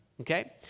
Okay